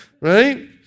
right